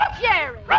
Jerry